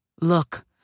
Look